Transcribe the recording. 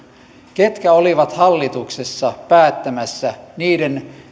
ketkä olivat hallituksessa päättämässä niiden